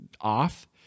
off